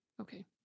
Okay